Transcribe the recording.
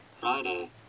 Friday